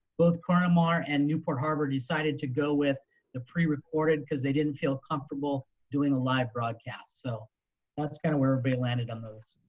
both corona mar and newport harbor decided to go with the pre recorded because they didn't feel comfortable doing a live broadcast. so that's kind of where everybody landed on those.